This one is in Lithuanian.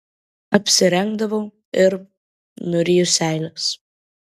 apsirengdavau ir nuryju seiles